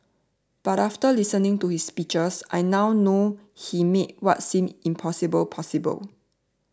but after listening to his speeches I now know he made what seemed impossible possible